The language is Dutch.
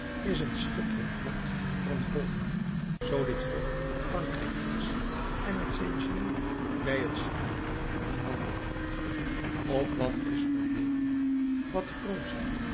is een schitterend lot voor een volk zoo dit volk frankrijk is en het zijn genie bij het genie van dien man voegt of wat is verhevener wat